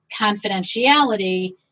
confidentiality